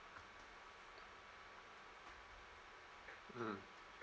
mmhmm